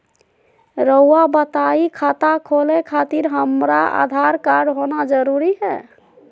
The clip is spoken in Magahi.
रउआ बताई खाता खोले खातिर हमरा आधार कार्ड होना जरूरी है?